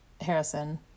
Harrison